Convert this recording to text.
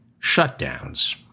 shutdowns